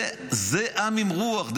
זה עם עם רוח.